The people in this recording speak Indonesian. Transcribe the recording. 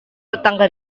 tetangga